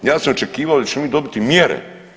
Ja sam očekivao da ćemo mi dobiti mjere.